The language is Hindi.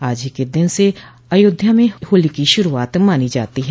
आज ही के दिन से अयोध्या में होली की शुरुआत मानी जाती है